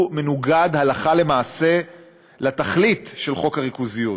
מנוגד הלכה למעשה לתכלית של חוק הריכוזיות,